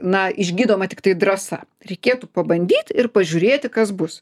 na išgydoma tiktai drąsa reikėtų pabandyt ir pažiūrėti kas bus